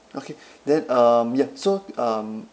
okay then um ya so um